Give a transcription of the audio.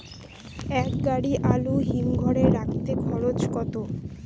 এক গাড়ি আলু হিমঘরে রাখতে খরচ কত?